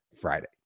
Friday